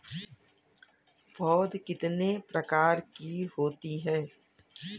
पौध कितने प्रकार की होती हैं?